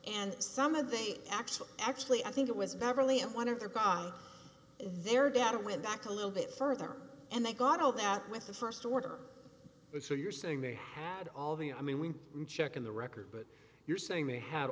and some of the actual actually i think it was beverly in one of their god their data with back a little bit further and they got over that with the st order so you're saying they had all the i mean we check in the record but you're saying they ha